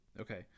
okay